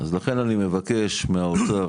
אני מבקש מהאוצר